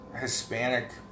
Hispanic